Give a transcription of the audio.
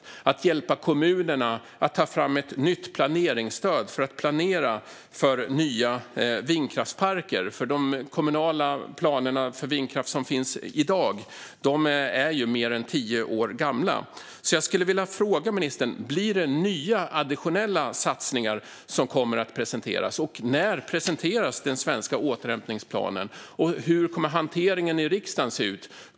Vi kan hjälpa kommunerna att ta fram ett nytt planeringsstöd för att planera för nya vindkraftsparker - de kommunala planerna för vindkraft som finns i dag är ju mer än tio år gamla. Jag skulle vilja fråga ministern om nya additionella satsningar kommer att presenteras. När presenteras den svenska återhämtningsplanen? Hur kommer hanteringen i riksdagen att se ut?